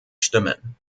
stimmen